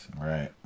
Right